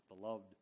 beloved